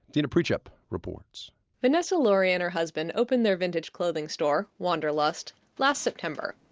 deena prichep reports vanessa lurie and her husband opened their vintage clothing store, wanderlust, last september.